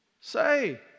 say